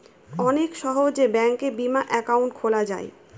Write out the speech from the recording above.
অনেক সহজে ব্যাঙ্কে বিমা একাউন্ট খোলা যায়